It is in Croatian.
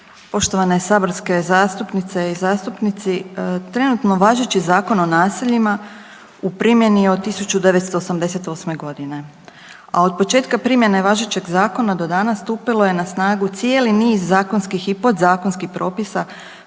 Poštovane saborske zastupnice i zastupnici. Trenutno važeći Zakon o naseljima u primjeni je od 1988. g., a od početka primjene važećeg zakona do danas, stupilo je na snagu cijeli niz zakonskih i podzakonskih propisa